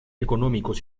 económicos